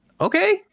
okay